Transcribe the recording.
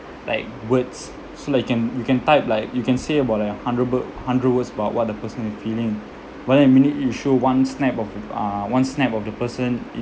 like words so like can you can type like you can say about a hundred word hundred words about what the person is feeling but then the minute you show one snap of uh one snap of the person